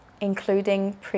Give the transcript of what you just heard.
including